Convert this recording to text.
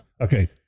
okay